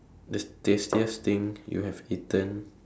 the tastiest thing you have eaten